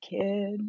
kid